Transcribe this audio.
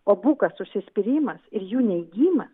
o bukas užsispyrimas ir jų neigimas